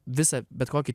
visą bet kokį